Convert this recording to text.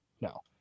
No